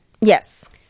Yes